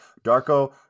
Darko